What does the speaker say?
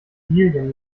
lilien